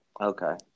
Okay